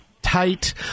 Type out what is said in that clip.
tight